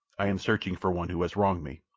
i am searching for one who has wronged me.